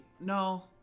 no